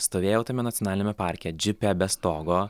stovėjau tame nacionaliniame parke džipe be stogo